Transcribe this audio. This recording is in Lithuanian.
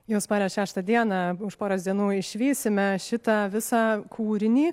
jau spalio šeštą dieną už poros dienų išvysime šitą visą kūrinį